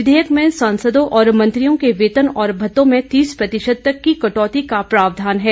विधेयक में सांसदों और मंत्रियों के वेतन और भत्तों में तीस प्रतिशत की कटौती का प्रावधान है